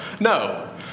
No